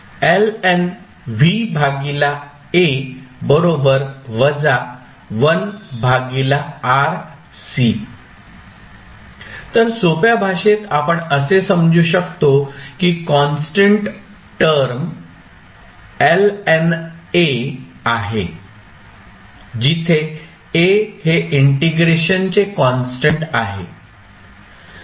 तर सोप्या भाषेत आपण असे समजू शकतो की कॉन्स्टंट टर्म ln A आहे जिथे A हे इंटिग्रेशन चे कॉन्स्टंट आहे